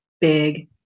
big